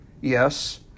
Yes